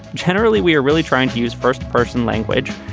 generally we are really trying to use first person language.